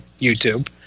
YouTube